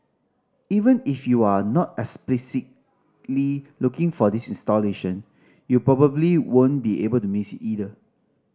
even if you are not explicitly looking for this installation you probably won't be able to miss it either